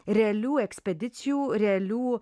realių ekspedicijų realių